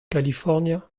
kalifornia